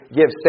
give